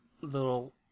little